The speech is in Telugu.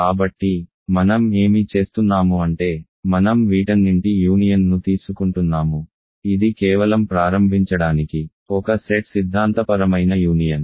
కాబట్టి మనం ఏమి చేస్తున్నాము అంటే మనం వీటన్నింటి యూనియన్ ను తీసుకుంటున్నాము ఇది కేవలం ప్రారంభించడానికి ఒక సెట్ సిద్ధాంతపరమైన యూనియన్